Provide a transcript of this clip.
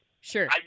sure